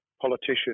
politician